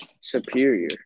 superior